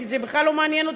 כי זה בכלל לא מעניין אותי,